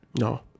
no